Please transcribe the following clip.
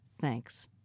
Thanks